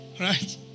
Right